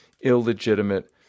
illegitimate